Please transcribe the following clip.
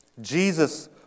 Jesus